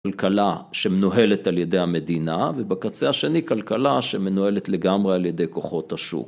כלכלה שמנוהלת על ידי המדינה ובקצה השני כלכלה שמנוהלת לגמרי על ידי כוחות השוק.